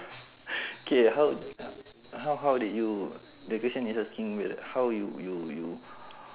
K how how how did you the question is asking weird how you you you